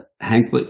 Hank